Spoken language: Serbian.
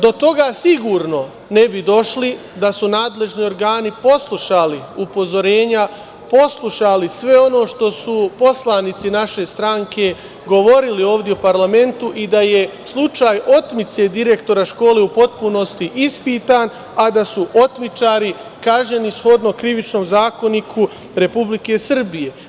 Do toga sigurno ne bi došli da su nadležni organi poslušali upozorenja, poslušali sve ono što su poslanici naše stranke govorili ovde u parlamentu i da je slučaj otmice direktora škole u potpunosti ispitan, a da su otmičari kažnjeni shodno Krivičnom zakoniku Republike Srbije.